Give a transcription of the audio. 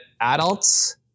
adults